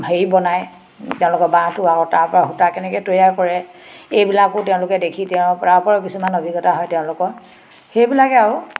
হেৰি বনায় তেওঁলোকৰ বাঁহটো আৰু তাৰপৰা সূতা কেনেকে তৈয়াৰ কৰে এইবিলাকো তেওঁলোকে দেখি তাৰ পৰাও কিছুমান অভিজ্ঞতা হয় তেওঁলোকৰ সেইবিলাকে আৰু